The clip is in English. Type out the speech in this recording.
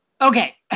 Okay